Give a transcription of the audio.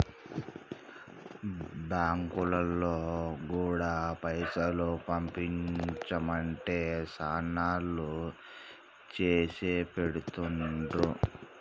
బాంకులోల్లు గూడా పైసలు పంపించుమంటే శనాల్లో చేసిపెడుతుండ్రు